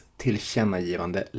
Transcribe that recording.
tillkännagivande